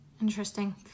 Interesting